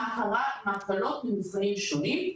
מה קרה עם ההגבלות במבחנים שונים,